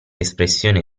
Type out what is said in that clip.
espressione